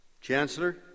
Chancellor